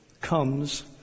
Comes